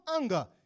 anger